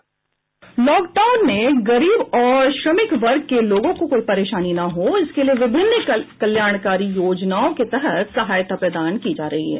lockdown में गरीब और श्रमिक वर्ग के लोगों को कोई परेशानी न हो इसके लिए विभिन्न कल्याणकारी योजनाओं के तहत सहायता प्रदान की जा रही है